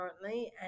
currently